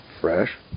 fresh